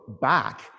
back